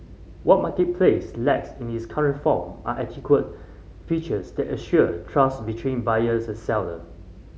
what marketplace lacks in its current form are adequate features that assure trust between buyers and seller